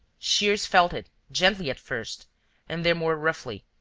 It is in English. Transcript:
shears felt it, gently at first and then more roughly,